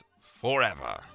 forever